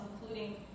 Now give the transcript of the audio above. including